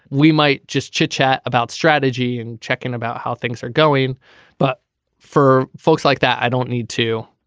we might just chitchat about strategy and checking about how things are going but for folks like that i don't need to